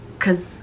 Cause